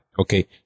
Okay